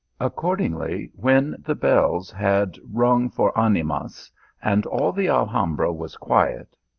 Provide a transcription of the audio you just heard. accordingly, when the bells had rung for animas, and all the alhambra was quiet,